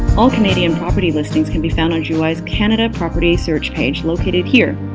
all canadian property listings can be found on juwai's canada property search page located here